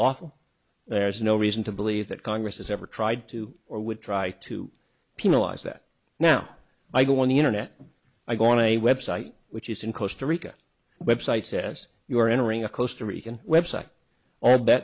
awful there's no reason to believe that congress has ever tried to or would try to penalize that now i go on the internet i go on a website which is in costa rica website says you are entering a close to rican website all